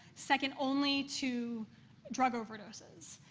second only to drug overdoses.